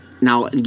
Now